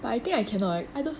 but I think I cannot I don't